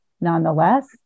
nonetheless